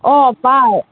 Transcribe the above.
অ পাওঁ